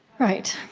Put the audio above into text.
right.